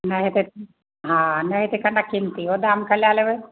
नहि होयतै हँ नहि होयतै कनिटा कीमतियो दाम कऽ लए लेबै